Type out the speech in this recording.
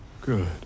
Good